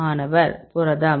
மாணவர் புரதம்